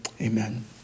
Amen